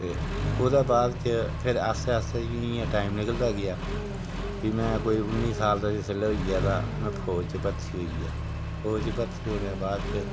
ते ओह्दे बाद च फिर आस्तै आस्तै जि'यां जि'यां टाइम निकलदा गेआ फ्ही में कोई उ'न्नी साल दा जिसलै होइया तां फ्ही में फौज च भरथी होइया फौज च भरथी होने बाद च